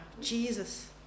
Jesus